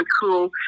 cool